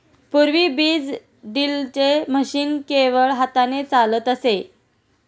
पूर्वी बीज ड्रिलचे मशीन केवळ हाताने चालत असे